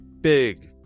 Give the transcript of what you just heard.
big